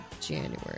January